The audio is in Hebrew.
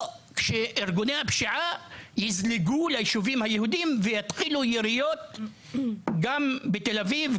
או כשארגוני הפשיעה יזלגו לישובים היהודיים ויתחילו יריות גם בתל אביב,